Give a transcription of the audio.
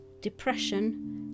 depression